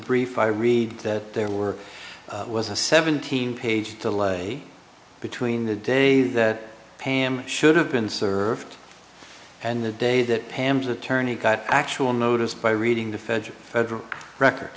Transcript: brief i read that there were was a seventeen page de lay between the day that pam should have been served and the day that pam's attorney got actual notice by reading the federal